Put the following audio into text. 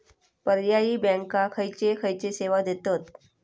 पर्यायी बँका खयचे खयचे सेवा देतत?